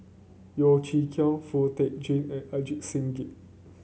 Yeo Chee Kiong Foo Tee Jun and Ajit Singh Gill